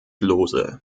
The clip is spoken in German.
lose